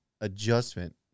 adjustment